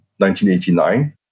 1989